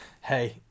hey